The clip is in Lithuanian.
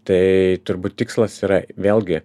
tai turbūt tikslas yra vėlgi